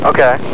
Okay